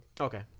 Okay